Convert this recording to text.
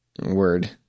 Word